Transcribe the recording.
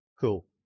cool